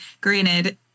Granted